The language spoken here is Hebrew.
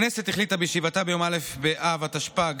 ועדת הכנסת החליטה בישיבתה ביום א' באב התשפ"ג,